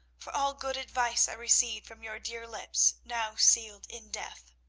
for all good advice i received from your dear lips, now sealed in death.